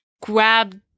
grab